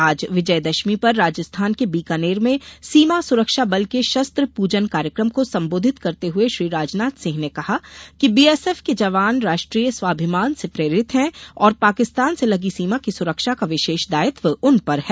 आज विजयदशमी पर राजस्थान के बीकानेर में सीमा सुरक्षा बल के शस्त्र पूजन कार्यक्रम को संबोधित करते हुए श्री राजनाथ सिंह ने कहा कि बीएसएफ के जवान राष्ट्रीय स्वाभिमान से प्रेरित हैं और पाकिस्तान से लगी सीमा की सुरक्षा का विशेष दायित्व उन पर है